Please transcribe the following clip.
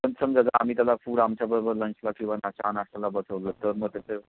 पण समजा जर आम्ही त्याला फूड आमच्या बरोबर लंचला किंवा ना चहा नाश्त्याला बसवलं तर मग त्याचं